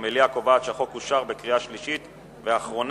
המליאה קובעת שהחוק אושר בקריאה שלישית ואחרונה.